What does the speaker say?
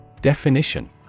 Definition